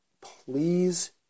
Please